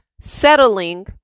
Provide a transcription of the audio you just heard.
settling